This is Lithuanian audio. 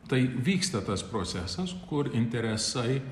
tai vyksta tas procesas kur interesai